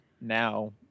now